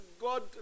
God